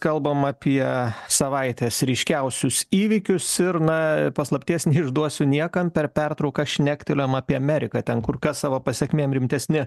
kalbam apie savaitės ryškiausius įvykius ir na paslapties neišduosiu niekam per pertrauką šnektelėjome apie ameriką ten kur kas savo pasekmėm rimtesni